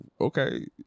okay